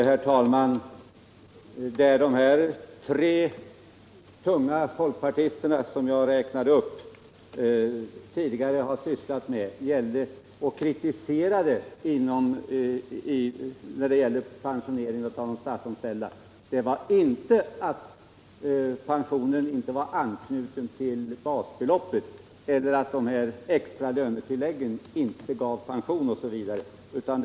Herr talman! Det som de tre tunga folkpartister jag räknade upp tidigare har kritiserat när det gällde de statsanställdas pensioner var inte att pensionen inte var anknuten till basbeloppet, att de extra lönetilläggen inte resulterade i några pensionsökningar eller något liknande.